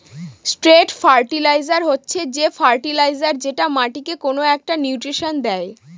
straight fertiliser হচ্ছে যে fertiliser যেটা মাটিকে কোনো একটা নিউট্রিশন দেয়